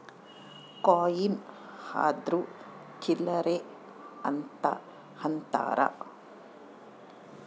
coin ಅಂದ್ರ ಚಿಲ್ಲರ್ ಅಂತ ಅಂತಾರ